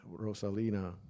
rosalina